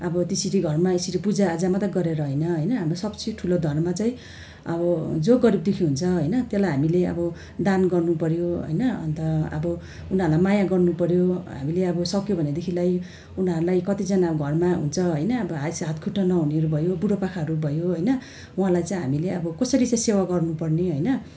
अब त्यसरी घरमा यसरी पूजाआजा मात्र गरेर होइन होइन हाम्रो सबसे ठुलो धर्म चाहिँ अब जो गरिब दुखी हुन्छ होइन त्यसलाई हामीले अब दान गर्नुपऱ्यो होइन अन्त अब उनीहरूलाई माया गर्नुपऱ्यो हामीले अब सकियो भनेदेखिलाई उनीहरूलाई कतिजनालाई घरमा हुन्छ होइन अब हातखुट्टा नहुनेहरू भयो बुढोपाकाहरू भयो होइन उहाँलाई चाहिँ हामीले अब कसरी चाहिँ सेवा गर्नुपर्ने होइन